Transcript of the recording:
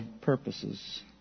purposes